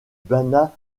banat